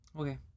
Okay